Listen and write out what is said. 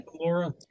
laura